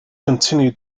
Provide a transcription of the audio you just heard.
continued